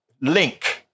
link